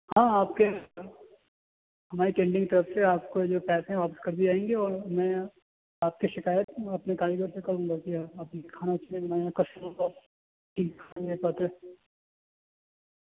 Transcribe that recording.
ہاں آپ کے ہماری کینٹین کی طرف سے آپ کو جو پیسے ہیں واپس کر دیے جائیں گے اور میں آپ کی شکایت اپنے کاریگر سے کروں گا کہ آپ نے کھانا اچھے سے کسٹمر کو